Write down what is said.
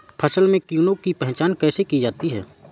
फसल में कीड़ों की पहचान कैसे की जाती है?